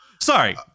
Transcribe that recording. Sorry